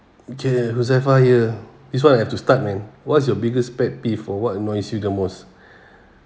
okay huzaifal here this one I have to start man what's your biggest pet peeve or what annoys you the most